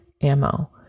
ammo